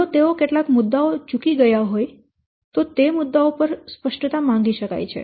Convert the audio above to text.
જો તેઓ કેટલાક મુદ્દાઓ ચૂકી ગયા હોય તો તે મુદ્દાઓ પર સ્પષ્ટતા માંગી શકાય છે